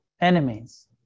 enemies